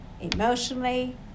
emotionally